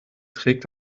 trägt